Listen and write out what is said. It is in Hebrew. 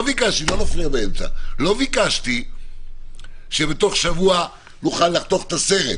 לא ביקשתי שבתוך שבוע נוכל לחתוך את הסרט,